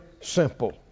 simple